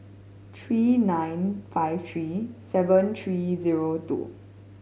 three nine five three seven three zero two